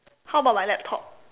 how about my laptop